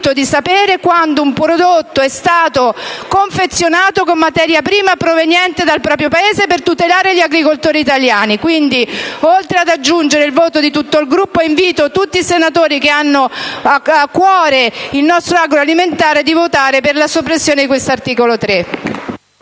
di sapere quando un prodotto è confezionato con materia prima proveniente dal proprio Paese per tutelare gli agricoltori italiani. Oltre ad aggiungere il voto di tutto il Gruppo, invito tutti i senatori che hanno a cuore il nostro settore agroalimentare a votare per la soppressione dell'articolo 3.